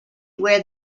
where